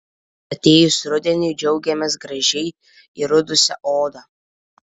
atėjus rudeniui džiaugiamės gražiai įrudusia oda